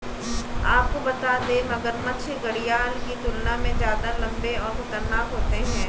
आपको बता दें, मगरमच्छ घड़ियाल की तुलना में ज्यादा लम्बे और खतरनाक होते हैं